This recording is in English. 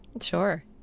Sure